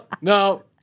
no